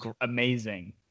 amazing